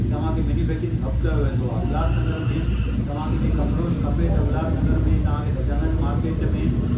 तव्हांखे manufacturing hub चयो वेंदो आहे उल्हासनगर में तव्हांखे जे कपिड़ो खपे त उल्हासनगर में तव्हांखे गजानन मार्केट में